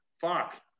fuck